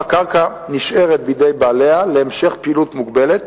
והקרקע נשארת בידי בעליה להמשך פעילות מוגבלת